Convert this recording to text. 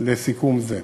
לסכום זה.